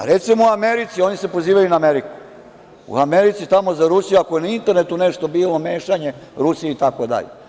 Recimo, u Americi, oni se pozivaju na Ameriku, u Americi tamo za Rusiju ako je na internetu nešto bilo, mešanje Rusije, itd.